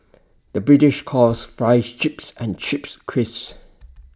the British calls Fries Chips and Chips Crisps